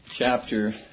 chapter